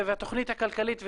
והתכנית הכלכלית וכו'.